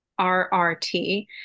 RRT